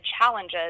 challenges